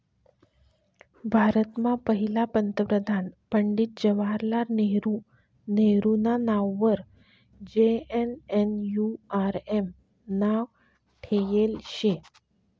भारतमा पहिला प्रधानमंत्री पंडित जवाहरलाल नेहरू नेहरूना नाववर जे.एन.एन.यू.आर.एम नाव ठेयेल शे